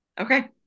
Okay